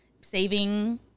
saving